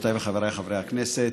חברותיי וחבריי חברי הכנסת,